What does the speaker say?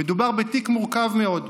"מדובר בתיק מורכב מאוד".